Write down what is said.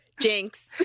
Jinx